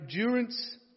endurance